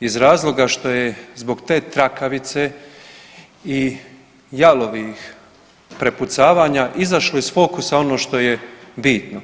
iz razloga što je zbog te trakavice i jalovih prepucavanja izašlo iz fokusa ono što je bitno.